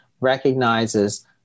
recognizes